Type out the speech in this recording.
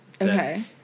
Okay